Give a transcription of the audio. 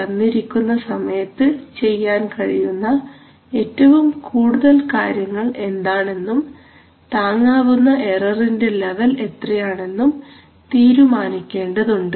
തന്നിരിക്കുന്ന സമയത്ത് ചെയ്യാൻ കഴിയുന്ന ഏറ്റവും കൂടുതൽ കാര്യങ്ങൾ എന്താണെന്നും താങ്ങാനാവുന്ന എററിന്റെ ലെവൽ എത്രയാണെന്നും തീരുമാനിക്കേണ്ടതുണ്ട്